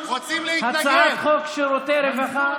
הצעת חוק שירותי רווחה.